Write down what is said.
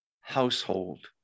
household